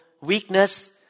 weakness